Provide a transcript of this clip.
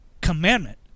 Commandment